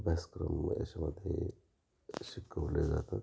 अभ्यासक्रम याच्यामध्ये शिकवले जातात